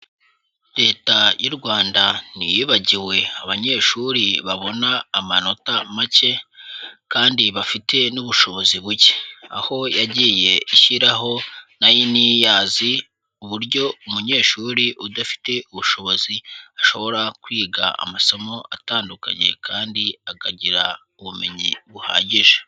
Leta y'u Rwanda ntiyibagiwe abanyeshuri babona amanota make kandi bafite n'ubushobozi buke, aho yagiye ishyiraho nine years uburyo umunyeshuri udafite ubushobozi ashobora kwiga amasomo atandukanye kandi akagira ubumenyi buhagije.